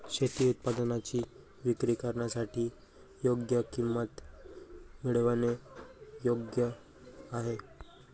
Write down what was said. शेती उत्पादनांची विक्री करण्यासाठी योग्य किंमत मिळवणे योग्य आहे